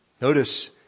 Notice